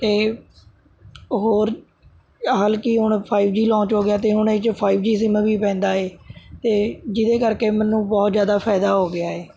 ਅਤੇ ਹੋਰ ਹੱਲ ਕੀ ਹੁਣ ਫਾਈਵ ਜੀ ਲੋਂਚ ਹੋ ਗਿਆ ਅਤੇ ਹੁਣ ਇਹ 'ਚ ਫਾਈਵ ਜੀ ਸਿਮ ਵੀ ਪੈਂਦਾ ਹੈ ਅਤੇ ਜਿਹਦੇ ਕਰਕੇ ਮੈਨੂੰ ਬਹੁਤ ਜ਼ਿਆਦਾ ਫਾਇਦਾ ਹੋ ਗਿਆ ਹੈ